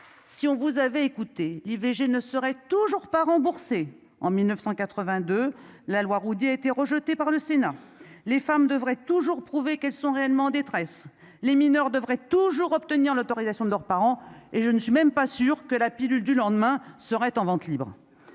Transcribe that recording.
Si on vous avez écouté l'IVG ne serait toujours pas remboursé en 1982 la loi Roudy a été rejeté par le Sénat, les femmes devraient toujours prouver qu'elles sont réellement détresse les mineurs devrait toujours obtenir l'autorisation de leurs parents et je ne suis même pas sûr que la pilule du lendemain seraient en vente libre,